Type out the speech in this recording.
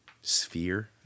sphere